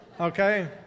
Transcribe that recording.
Okay